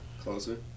Closer